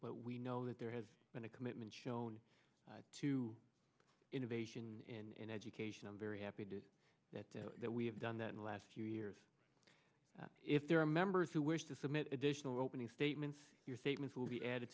but we know that there has been a commitment shown to innovation and education i'm very happy did that that we have done that in the last two years if there are members who wish to submit additional opening statements your statements will be added